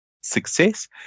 success